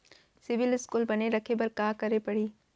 CIBIL score बने रखे बर का करे पड़ही?